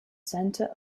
centre